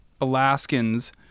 Alaskans